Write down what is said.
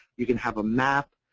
you can have a map.